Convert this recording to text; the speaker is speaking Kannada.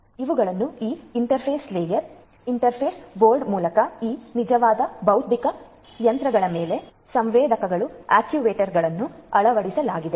ಇವುಗಳನ್ನು ಈ ಇಂಟರ್ಫೇಸ್ ಲೇಯರ್ ಇಂಟರ್ಫೇಸ್ ಬೋರ್ಡ್ ಮೂಲಕ ಈ ನಿಜವಾದ ಭೌತಿಕ ಯಂತ್ರಗಳ ಮೇಲೆ ಸಂವೇದಕಗಳು ಆಕ್ಯೂವೇಟರ್ಗಳನ್ನು ಅಳವಡಿಸಲಾಗಿದೆ